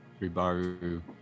Ribaru